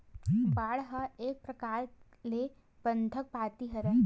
bond ह एक परकार ले बंधक पाती हरय